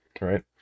right